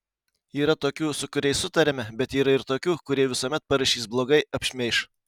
yra tokių su kuriais sutariame bet yra ir tokių kurie visuomet parašys blogai apšmeiš